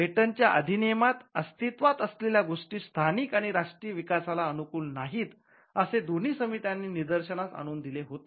पेटंटच्या अधिनियमात अस्तित्त्वात असलेल्या गोष्टी स्थानिक आणि राष्ट्रीय विकासाला अनुकूल नाहीत असे दोन्ही समित्यांनी निदर्शनास आणून दिले होते